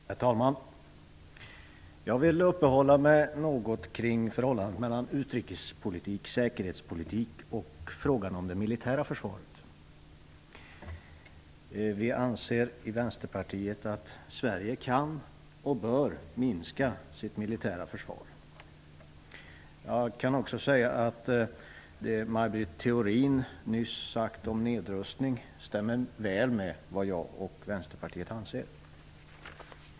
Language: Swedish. Herr talman! Jag vill uppehålla mig något kring förhållandet mellan utrikespolitik, säkerhetspolitik och frågan om det militära försvaret. Vi i Vänsterpartiet anser att Sverige kan och bör minska sitt militära försvar. Det Maj Britt Theorin nyss sagt om nedrustning stämmer väl med vad jag och Vänsterpartiet anser.